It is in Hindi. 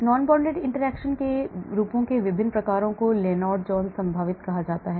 Non bonded interactions के लिए रूपों के विभिन्न प्रकारों को लेनार्ड जोन्स संभावित कहा जाता है